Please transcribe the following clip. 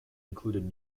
included